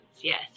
yes